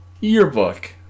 yearbook